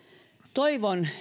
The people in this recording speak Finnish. toivon